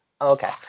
Okay